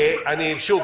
שוב,